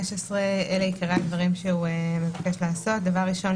אלה עיקרי הדברים שמבקש לעשות תיקון מספר 15: דבר ראשון,